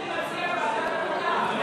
אני מציע ועדת המדע.